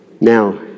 Now